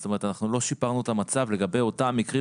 זאת אומרת אנחנו לא שיפרנו את המצב לגבי אותם מקרים